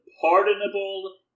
pardonable